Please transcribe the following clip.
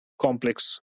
complex